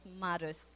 matters